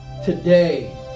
Today